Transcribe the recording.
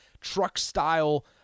truck-style